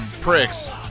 pricks